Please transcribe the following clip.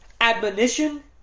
Admonition